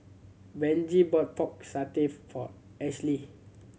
Benji bought Pork Satay for Ashlea